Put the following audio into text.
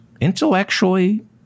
intellectually